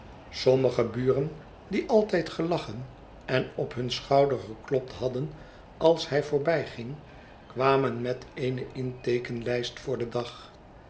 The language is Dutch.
sommige buren die altijd gelachen en op hun schouder geklopt hadden als hij voorbijging kwamen met eene inteekenlijst voor den dag